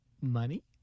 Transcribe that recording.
Money